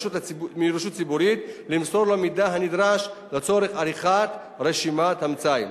מרשות ציבורית למסור לו מידע הנדרש לצורך עריכת רשימת המצאי.